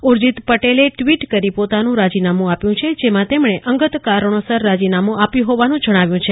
ઉર્જિત પટેલે ટ્વિટ કરી પોતાનું રાજીનામું આપ્યું છે જેમાં તેમણે અંગત કારણોસર રાજીનામું આપ્યું હોવાનું જણાવ્યું છે